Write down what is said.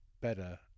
better